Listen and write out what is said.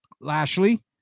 Lashley